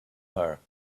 her